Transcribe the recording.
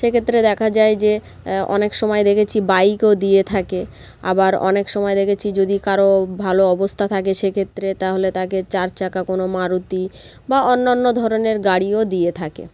সেক্ষেত্রে দেখা যায় যে অনেক সময় দেখেছি বাইকও দিয়ে থাকে আবার অনেক সময় দেখেছি যদি কারও ভালো অবস্থা থাকে সেক্ষেত্রে তাহলে তাকে চার চাকা কোনও মারুতি বা অন্যান্য ধরনের গাড়িও দিয়ে থাকে